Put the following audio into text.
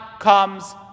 comes